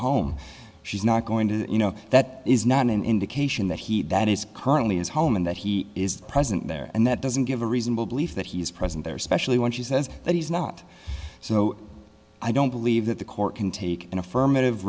home she's not going to you know that is not an indication that he that it's currently his home and that he is present there and that doesn't give a reasonable belief that he is present there especially when she says that he's not so i don't believe that the court can take an affirmative